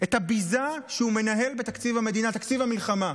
את הביזה שהוא מנהל בתקציב המדינה, תקציב המלחמה.